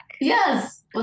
Yes